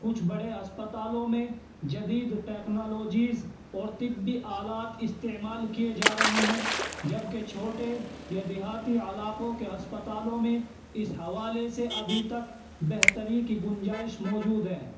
کچھ بڑے اسپتالوں میں جدید ٹیکنالوجیز اور طبی آلات استعمال کیے جا رہے ہیں جبکہ چھوٹے یا دیہاتی علاقوں کے اسپتالوں میں اس حوالے سے ابھی تک بہتری کی گنجائش موجود ہے